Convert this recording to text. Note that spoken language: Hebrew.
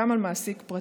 גם על מעסיק פרטי.